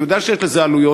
אני יודע שיש לזה עלויות,